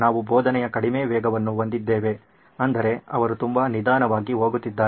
ನಾವು ಬೋಧನೆಯ ಕಡಿಮೆ ವೇಗವನ್ನು ಹೊಂದಿದ್ದೇವೆ ಅಂದರೆ ಅವರು ತುಂಬಾ ನಿಧಾನವಾಗಿ ಹೋಗುತ್ತಿದ್ದಾರೆ